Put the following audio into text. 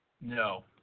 No